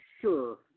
sure